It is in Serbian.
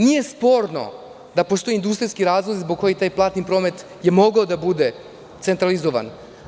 Nije sporno da postoje industrijski razlozi zbog kojih je taj platni promet mogao da bude centralizovan.